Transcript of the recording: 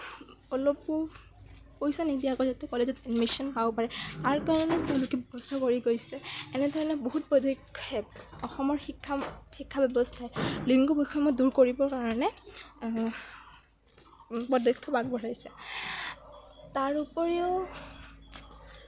অলপো পইচা নিদিয়াকৈ যাতে কলেজত এডমিশ্যণ পাব পাৰে তাৰ কাৰণে তেওঁলোকে ব্যবস্থা কৰি গৈছে এনে ধৰণৰ বহুত পদক্ষেপ অসমৰ শিক্ষা শিক্ষা ব্যৱস্থাই লিংগ বৈষম্য দূৰ কৰিবৰ কাৰণে পদক্ষেপ আগবঢ়াইছে তাৰোপৰিও